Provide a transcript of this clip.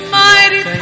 mighty